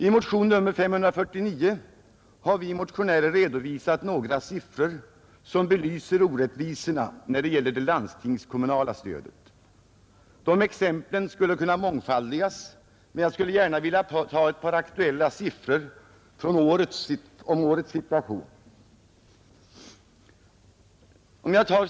I motionen 549 har vi motionärer redovisat några siffror, som belyser orättvisorna när det gäller det landstingskommunala stödet. De exemplen skulle kunna mångfaldigas. Jag skulle gärna vilja lämna några aktuella siffror som avser årets situation.